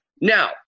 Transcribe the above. Now